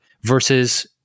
versus